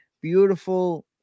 beautiful